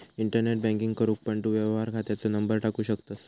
internet banking करूक पण तू व्यवहार खात्याचो नंबर टाकू शकतंस